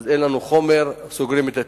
אין חומר, ואז סוגרים את התיק.